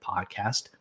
podcast